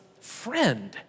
friend